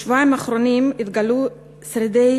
בשבועיים האחרונים התגלו שרידי